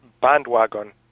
bandwagon